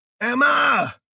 Emma